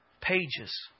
pages